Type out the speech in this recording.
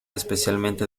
especialmente